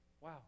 Wow